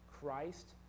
Christ